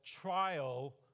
trial